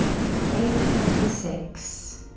it's day twenty six.